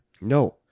No